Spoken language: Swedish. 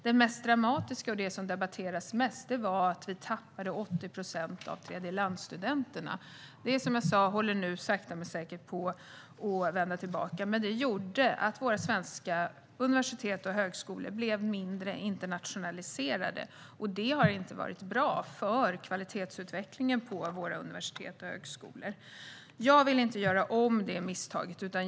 Det mest dramatiska, och det som debatterades mest, var att vi tappade 80 procent av tredjelandsstudenterna. Det håller som sagt sakta men säkert på att vända tillbaka. Det gjorde dock att våra svenska universitet blev mindre internationaliserade, vilket inte var bra för kvalitetsutvecklingen på våra universitet och högskolor. Jag vill inte göra om detta misstag.